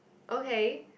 okay